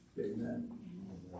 Amen